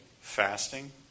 Fasting